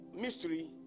mystery